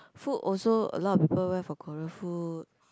food also a lot of people went for Korean food